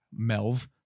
Melv